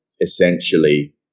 essentially